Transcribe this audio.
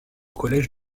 collège